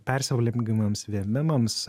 persivalgymams vėmimams